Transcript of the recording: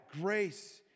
grace